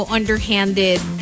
Underhanded